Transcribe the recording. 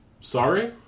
Sorry